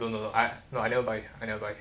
no no no I no I never buy I never buy